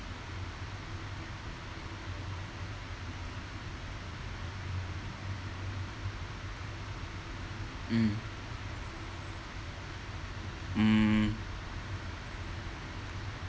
mm mm